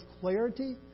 clarity